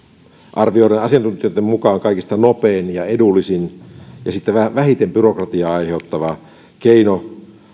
arvioiden mukaan kaikista nopein ja edullisin ja vähiten byrokratiaa aiheuttava keino